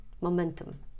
momentum